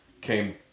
came